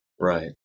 Right